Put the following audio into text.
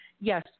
Yes